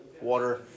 water